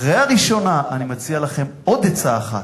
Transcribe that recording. אחרי הראשונה, אני מציע לכם עוד עצה אחת: